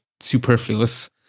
superfluous